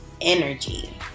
energy